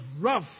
rough